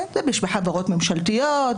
יש בחברות ממשלתיות,